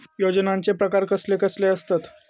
योजनांचे प्रकार कसले कसले असतत?